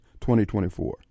2024